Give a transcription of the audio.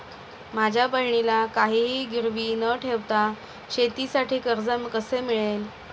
माझ्या बहिणीला काहिही गिरवी न ठेवता शेतीसाठी कर्ज कसे मिळेल?